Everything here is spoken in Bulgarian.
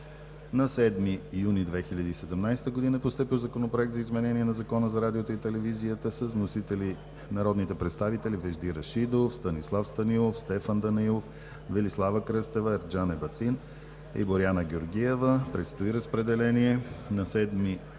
На 7 юли 2017 г. е постъпил Законопроект за изменение на Закона за радиото и телевизията с вносители народните представители Вежди Рашидов, Станислав Станилов, Стефан Данаилов, Велислава Кръстева, Ерджан Ебатин и Боряна Георгиева. Предстои разпределение.